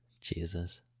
Jesus